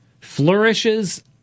flourishes